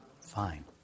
fine